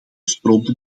stroomde